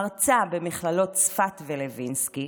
מרצה במכללות צפת ולוינסקי,